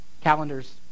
calendars